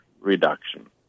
reduction